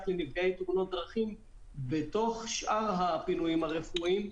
לנפגעי תאונות דרכים בתוך שאר הפינויים הרפואיים,